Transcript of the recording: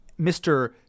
Mr